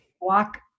walk